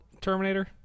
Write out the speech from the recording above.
Terminator